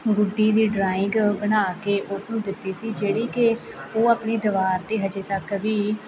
ਗੁੱਡੀ ਦੀ ਡਰਾਇੰਗ ਬਣਾ ਕੇ ਉਸਨੂੰ ਦਿੱਤੀ ਸੀ ਜਿਹੜੀ ਕਿ ਉਹ ਆਪਣੀ ਦੀਵਾਰ 'ਤੇ ਹਜੇ ਤੱਕ ਵੀ